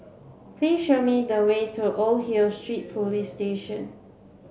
please show me the way to Old Hill Street Police Station